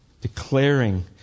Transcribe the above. declaring